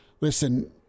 listen